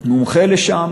מומחה לשם.